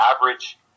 average